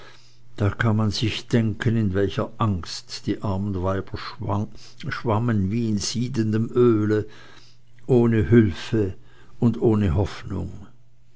da kann man sich denken in welcher angst die armen weiber schwammen wie in siedendem öle ohne hülfe und ohne hoffnung